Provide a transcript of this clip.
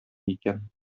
икән